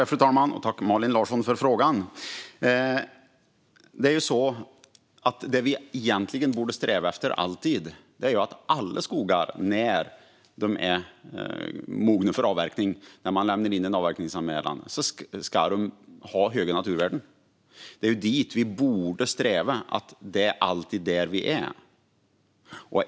Fru talman! Tack för frågan, Malin Larsson! Vi borde egentligen alltid sträva efter att alla skogar ska ha höga naturvärden när de är mogna för avverkning och man lämnar in en avverkningsanmälan. Dit borde vi sträva. Det är alltid där vi ska vara.